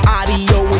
Audio